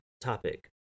topic